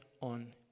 on